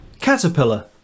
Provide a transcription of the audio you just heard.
Caterpillar